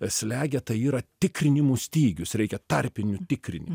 slegia tai yra tikrinimų stygius reikia tarpinių tikrini